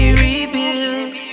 rebuilt